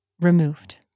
removed